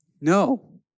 No